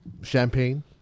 champagne